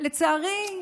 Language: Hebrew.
לצערי,